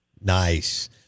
Nice